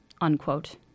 unquote